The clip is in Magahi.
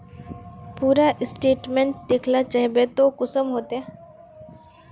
पूरा स्टेटमेंट देखला चाहबे तो कुंसम होते?